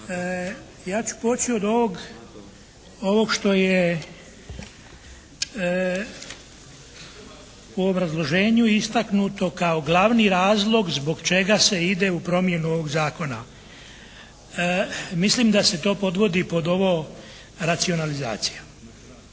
Ja ću poći od ovog što je u obrazloženju istaknuto kao glavni razlog zbog čega se ide u promjenu ovog Zakona. Mislim da se to podvodi pod ovo racionalizaciju.